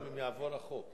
אם יעבור החוק.